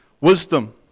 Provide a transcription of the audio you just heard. Wisdom